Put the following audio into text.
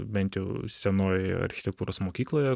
bent jau senoj architektūros mokykloje